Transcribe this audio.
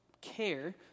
care